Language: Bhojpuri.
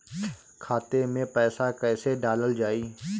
खाते मे पैसा कैसे डालल जाई?